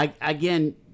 Again